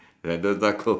Sentosa cove